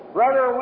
Brother